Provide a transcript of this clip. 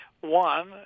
One